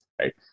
right